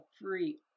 free